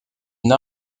une